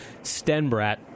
Stenbratt